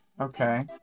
Okay